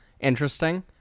interesting